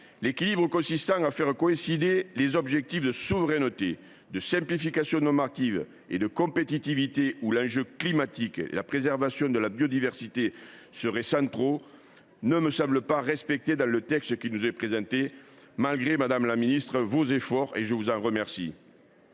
L’équilibre consistant à faire coïncider les objectifs de souveraineté, de simplification normative et de compétitivité où l’enjeu climatique et la préservation de la biodiversité seraient centraux ne me semble pas respecté dans ce texte, et ce malgré vos efforts, dont je vous remercie,